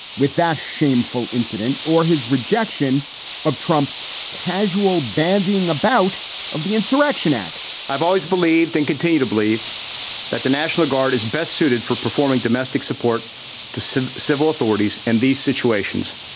with that shameful incident or his rejection of trump's casual bandying about of the insurrection act i've always believed and continue to believe that the national guard is best suited for performing domestic support to civil civil authorities in and these situations